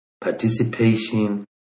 participation